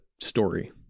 story